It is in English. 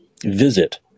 visit